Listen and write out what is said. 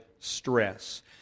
stress